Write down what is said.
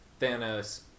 Thanos